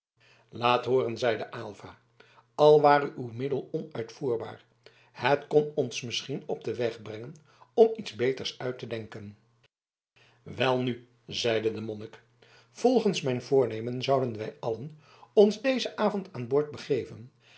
laat hooren zeide aylva al ware uw middel onuitvoerbaar het kon ons misschien op den weg brengen om iets beters uit te denken welnu zeide de monnik volgens mijn voornemen zouden wij allen ons dezen avond aan boord begeven